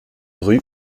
rue